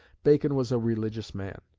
bacon was a religious man,